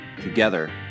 together